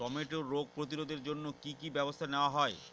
টমেটোর রোগ প্রতিরোধে জন্য কি কী ব্যবস্থা নেওয়া হয়?